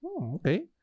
Okay